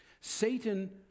Satan